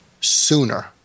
sooner